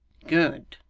good,